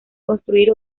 construir